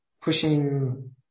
pushing